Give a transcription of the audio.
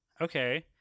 Okay